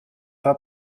pas